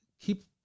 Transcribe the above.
keep